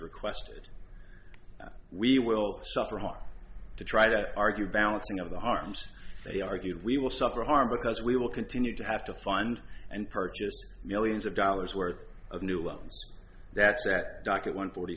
requested we will suffer a lot to try to argue balancing of the harms they argue we will suffer harm because we will continue to have to fund and purchase millions of dollars worth of new loans that's at docket one forty